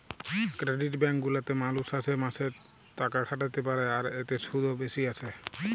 credit bank গুলাতে মালুষ মাসে মাসে তাকাখাটাতে পারে, আর এতে শুধ ও বেশি আসে